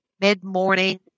mid-morning